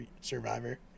Survivor